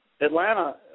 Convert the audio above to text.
Atlanta